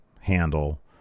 handle